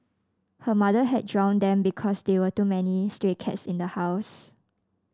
her mother had drowned them because there were too many stray cats in the house